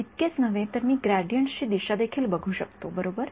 इतकेच नव्हे तर मी ग्रेडीयंट्सची दिशा देखील बघू शकतो बरोबर